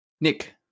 Nick